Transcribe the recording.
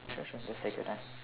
sure sure just take your time